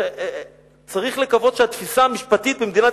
וצריך לקוות שהתפיסה המשפטית במדינת